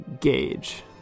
gauge